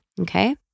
Okay